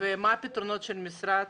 מה הפתרונות של המשרד?